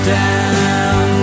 down